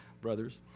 brothers